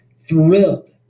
thrilled